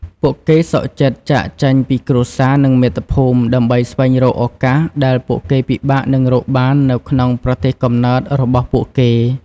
ពួកគេសុខចិត្តចាកចេញពីគ្រួសារ និងមាតុភូមិ ដើម្បីស្វែងរកឱកាសដែលពួកគេពិបាកនឹងរកបាននៅក្នុងប្រទេសកំណើតរបស់ពួកគេ។